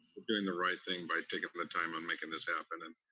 we're doing the right thing by taking the time on making this happen, and